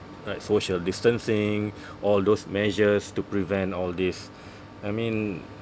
like social distancing all those measures to prevent all this I mean